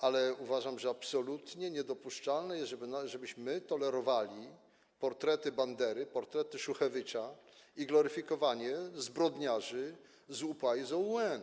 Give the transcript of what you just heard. Ale uważam, że absolutnie niedopuszczalne jest, żebyśmy tolerowali portrety Bandery, portrety Szuchewycza i gloryfikowanie zbrodniarzy z UPA i z OUN.